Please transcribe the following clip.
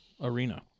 arena